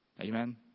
Amen